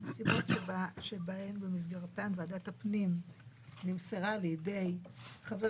נסיבות שבמסגרתן ועדת הפנים נמסרה לידי חבר